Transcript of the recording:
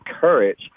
courage